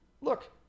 Look